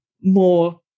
more